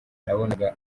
nabonaga